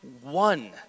one